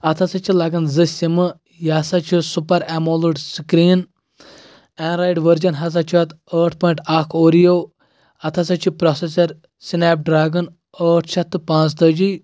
اَتھ ہسا چھِ لَگان زٕ سِم یہِ ہسا چھُ super AMOLED screen Android version ہسا چھُ اَتھ ٲٹھ پویِنٛٹ اکھ اوریو اَتھ ہسا چھُ پروسیسر سنیپ ڈریگن ٲٹھ شیٚتھ تہٕ پٲنٛژھ تٲجی